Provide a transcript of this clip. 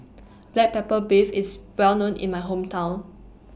Black Pepper Beef IS Well known in My Hometown